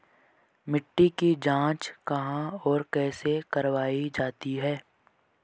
मिट्टी की जाँच कहाँ और कैसे करवायी जाती है?